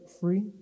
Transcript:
free